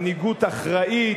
מנהיגות אחראית,